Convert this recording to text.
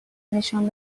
نشان